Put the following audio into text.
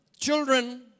children